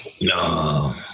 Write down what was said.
no